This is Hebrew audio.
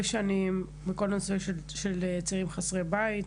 שנים בכל הנושא של צעירים חסרי בית,